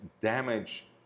damage